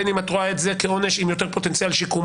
בין אם את רואה את זה כעונש עם יותר פוטנציאל שיקומי,